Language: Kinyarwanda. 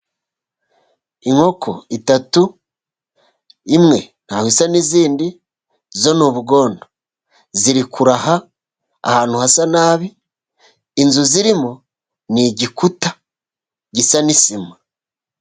Inkoko eshatu imwe ntabwo isa n'izindi, zo ni ubugondo. Ziri kuraha ahantu hasa nabi, inzu zirimo ni igikuta gisa na sima.